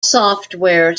software